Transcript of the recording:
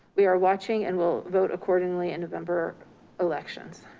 we are watching and we'll vote accordingly in november elections.